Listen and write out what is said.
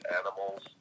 animals